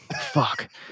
Fuck